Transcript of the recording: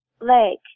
Lake